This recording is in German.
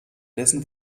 dessen